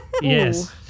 Yes